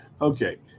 Okay